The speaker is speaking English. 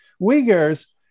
Uyghurs